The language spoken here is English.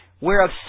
whereof